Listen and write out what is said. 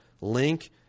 link